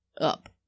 up